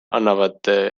annavad